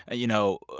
ah you know,